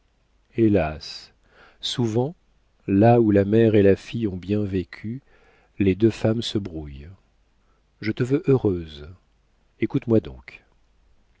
hélas souvent là où la mère et la fille ont bien vécu les deux femmes se brouillent je te veux heureuse écoute-moi donc